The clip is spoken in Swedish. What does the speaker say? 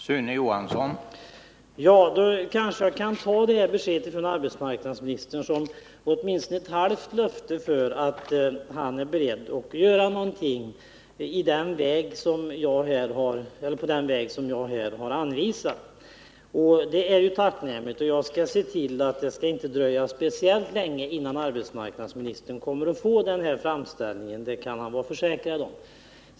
Herr talman! Jag kanske kan ta detta besked från arbetsmarknadsministern som åtminstone ett halvt löfte om att han är beredd att göra någonting i den riktning som jag här har anvisat. Det är i så fall tacknämligt. Arbetsmarknadsministern kan också vara förvissad om att jag skall se till att det inte skall dröja länge innan han får en sådan framställning som han talade om.